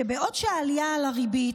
שבעוד העלייה על הריבית,